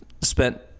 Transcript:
spent